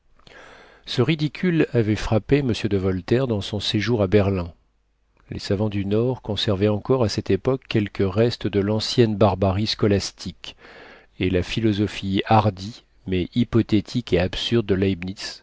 ce ridicule avait frappé m de voltaire dans son séjour à berlin les savants du nord conservaient encore à cette époque quelques restes de l'ancienne barbarie scolastique et la philosophie hardie mais hypothétique et absurde